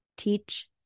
Teach